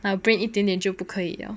the brain 一点点就不可以呀